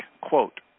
quote